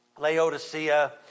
Laodicea